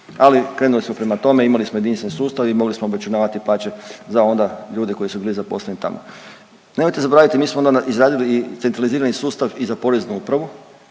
ali krenuli smo prema tome i imali smo jedinstven sustav i mogli smo obračunavati plaće za onda ljude koji su bili zaposleni tamo. Nemojte zaboraviti, mi smo izradili i centralizirani sustav i za Poreznu upravu